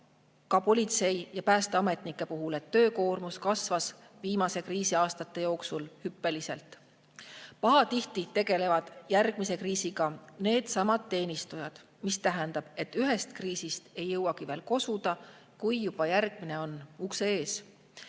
ka politsei ja päästeametnike puhul näinud, et töökoormus on viimastel kriisiaastatel hüppeliselt kasvanud. Pahatihti tegelevad järgmise kriisiga needsamad teenistujad, mis tähendab, et ühest kriisist ei jõuta veel kosudagi, kui juba on järgmine ukse ees.